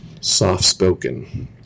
soft-spoken